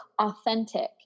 authentic